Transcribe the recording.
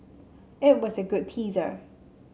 it was a good teaser